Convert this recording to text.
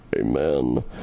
Amen